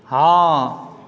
हँ